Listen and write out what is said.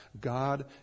God